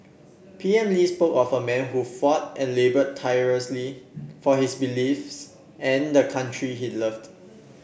P M Lee spoke of a man who fought and laboured tirelessly for his beliefs and the country he loved